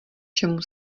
čemu